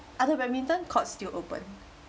other badminton courts still open